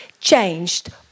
changed